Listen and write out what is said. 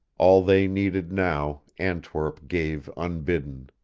all they needed now antwerp gave unbidden.